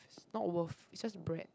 not worth is just bread